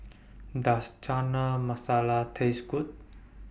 Does Chana Masala Taste Good